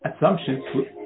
assumptions